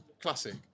Classic